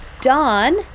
Dawn